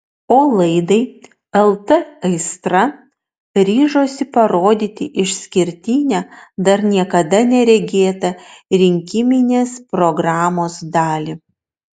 o laidai lt aistra ryžosi parodyti išskirtinę dar niekada neregėtą rinkiminės programos dalį